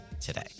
today